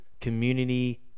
community